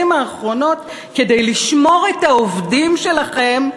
האחרונות כדי לשמור את העובדים שלכם,